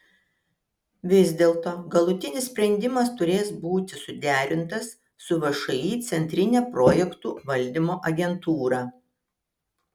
vis dėlto galutinis sprendimas turės būti suderintas su všį centrine projektų valdymo agentūra